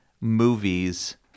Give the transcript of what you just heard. movies